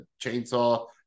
chainsaw